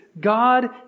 God